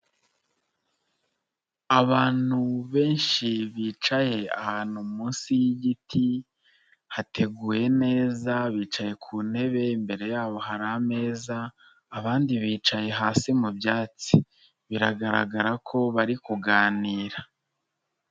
Abantu benshi bicaye ahantu munsi y'igiti, hateguye neza bicaye ku ntebe imbere yabo hari ameza, abandi bicaye hasi mu byatsi, biragaragara ko bari kuganira.